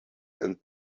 and